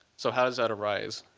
so how does that arise?